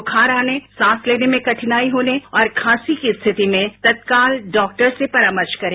बुखार आने सांस लेने में कठिनाई होने और खांसी की स्थिति में तत्काल डॉक्टर से परामर्श करें